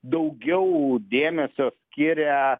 daugiau dėmesio skiria